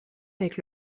avec